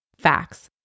Facts